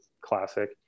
Classic